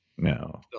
No